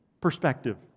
perspective